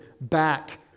back